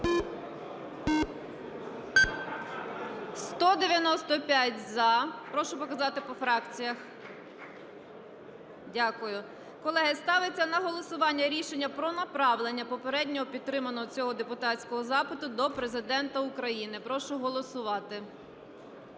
За-195 Прошу показати по фракціях. Дякую. Колеги, ставиться на голосування рішення про направлення попередньо підтриманого цього депутатського запиту до Президента України. Прошу голосувати.